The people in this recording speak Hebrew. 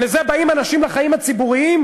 לזה באים אנשים לחיים הציבוריים?